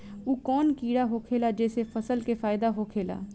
उ कौन कीड़ा होखेला जेसे फसल के फ़ायदा होखे ला?